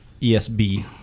ESB